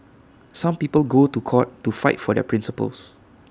some people go to court to fight for their principles